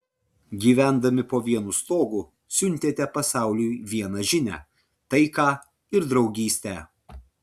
gyvendami po vienu stogu siuntėte pasauliui vieną žinią taiką ir draugystę